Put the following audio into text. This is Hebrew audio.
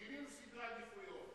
שינינו סדרי עדיפויות.